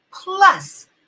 plus